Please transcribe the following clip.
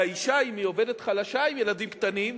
והאשה, אם היא עובדת חלשה עם ילדים קטנים,